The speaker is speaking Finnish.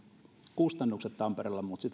kustannukset tampereella mutta sitä